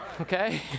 Okay